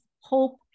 hope